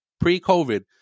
pre-COVID